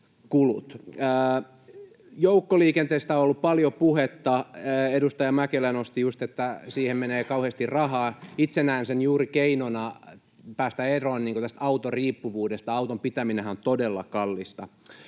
Joukkoliikenteestä on ollut paljon puhetta. Edustaja Mäkelä nosti just, että siihen menee kauheasti rahaa. Itse näen sen juuri keinona päästä eroon autoriippuvuudesta, auton pitäminenhän on todella kallista.